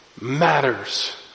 matters